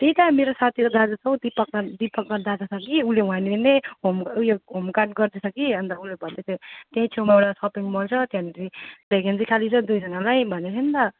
त्यही त मेरो साथीको दाजु छ हौ दीपक दीपक वहाँ दादा छ कि उसले वहाँनिर ऊ यो होमगार्ड गर्दैछ कि अन्त ऊ यो भन्दैथ्यो त्यहीँ छेउमा एउटा सपिङ मल छ त्याँनेरि भ्याकेन्सी खाली छ दुई जानालाई भन्दैथ्यो नि त